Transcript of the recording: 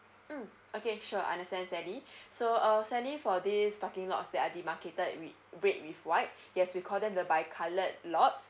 mm okay sure understand sally so uh sally for this parking lots that are demarcated with red with white yes we call them the bi coloured lots